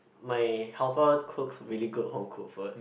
my helper cooks really good home cooked food